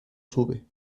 sube